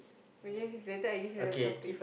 okay later I give you the topic